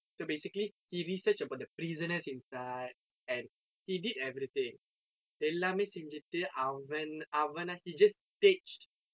so basically he researched about the prisoners inside and he did everything எல்லாமே செய்துட்டு அவன் அவனே:ellaame seythuttu avan avane he just staged